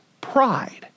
pride